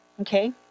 okay